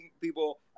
people –